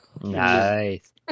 nice